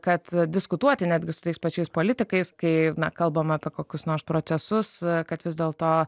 kad diskutuoti netgi su tais pačiais politikais kai na kalbam apie kokius nors procesus kad vis dėlto